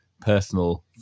personal